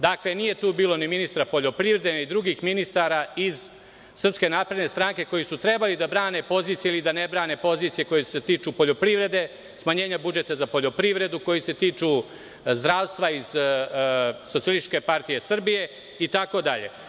Dakle, nije tu bilo ni ministra poljoprivrede, ni drugih ministara iz Srpske napredne stranke, koji su trebali da brane pozicije ili da ne brane pozicije koje se tiču poljoprivrede, smanjenja budžeta za poljoprivredu, koji se tiču zdravstva iz Socijalističke partije Srbije, itd.